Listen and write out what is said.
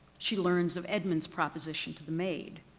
she learns of edmund's proposition to the maid.